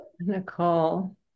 Nicole